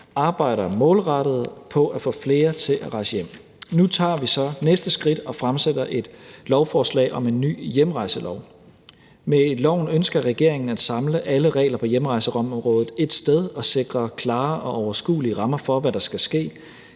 arbejder målrettet på at få flere til at rejse hjem. Nu tager vi så næste skridt og fremsætter et lovforslag om en ny hjemrejselov. Med loven ønsker regeringen at samle alle regler på hjemrejseområdet et sted og sikre klare og overskuelige rammer for, hvad der skal ske,